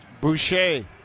Boucher